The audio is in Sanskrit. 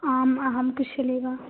आम् अहं कुशली वा